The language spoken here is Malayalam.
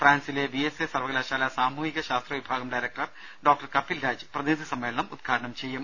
ഫ്രാൻസിലെ വി എസ് എ സർവകലാശാല സാമൂഹിക ശാസ്ത്ര വിഭാഗം ഡയറക്ടർ ഡോക്ടർ കപിൽ രാജ് പ്രതിനിധി സമ്മേളനം ഉദ്ഘാടനം ചെയ്യും